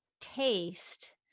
taste